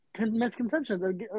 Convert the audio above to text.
misconceptions